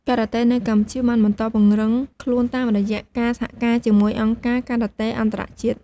ការ៉ាតេនៅកម្ពុជាបានបន្តពង្រឹងខ្លួនតាមរយៈការសហការជាមួយអង្គការការ៉ាតេអន្តរជាតិ។